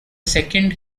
second